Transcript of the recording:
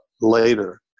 later